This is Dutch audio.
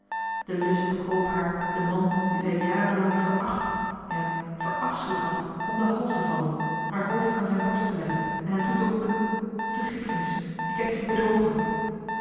de lust bekroop haar den man dien zij jaren lang veracht ja verafschuwd had om den hals te vallen haar hoofd aan zijn borst te leggen en hem toeteroepen vergiffenis ik heb je bedrogen